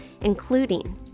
including